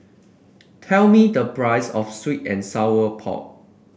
tell me the price of sweet and Sour Pork